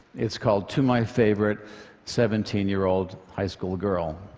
it's called to my favorite seventeen year old high school girl.